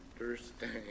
understand